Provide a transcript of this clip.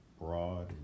broad